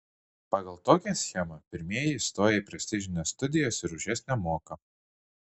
pagal tokią schemą pirmieji įstoja į prestižines studijas ir už jas nemoka